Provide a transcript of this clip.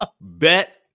Bet